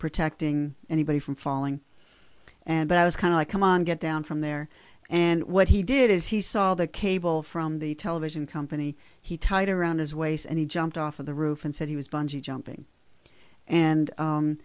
protecting anybody from falling and i was kind of like come on get down from there and what he did is he saw the cable from the television company he tied around his waist and he jumped off of the roof and said he was bungee jumping and